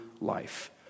life